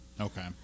Okay